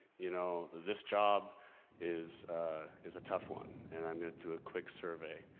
you know this job is is a tough one and i'm gonna do a quick survey.